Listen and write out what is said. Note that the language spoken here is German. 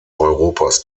europas